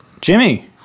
Jimmy